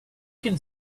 can